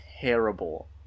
terrible